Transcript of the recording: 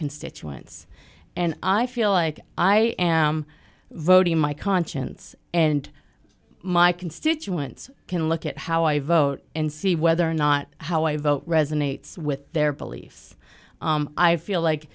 constituents and i feel like i am voting my conscience and my constituents can look at how i vote and see whether or not how i vote resonates with their beliefs i feel like